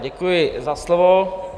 Děkuji za slovo.